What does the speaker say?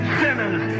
sinners